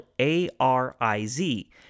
A-R-I-Z